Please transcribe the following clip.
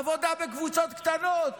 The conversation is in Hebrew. עבודה בקבוצות קטנות,